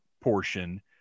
portion